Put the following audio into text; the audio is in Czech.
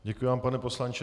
Děkuji vám, pane poslanče.